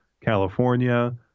California